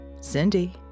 Cindy